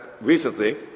recently